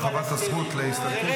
הרחבת הזכות להסתלקות),